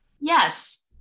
yes